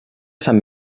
sant